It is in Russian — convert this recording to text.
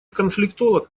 конфликтолог